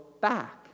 back